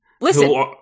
Listen